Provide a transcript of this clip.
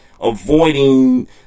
avoiding